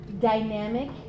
dynamic